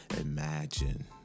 imagine